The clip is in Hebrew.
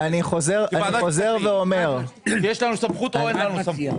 יש לנו סמכות או אין לנו סמכות בוועדת כספים?